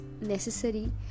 necessary